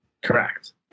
Correct